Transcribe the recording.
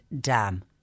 dam